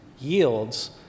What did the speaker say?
yields